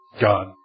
God